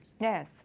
Yes